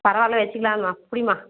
பரவால்ல வச்சுக்கலாம்மா பிடிமா